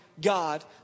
God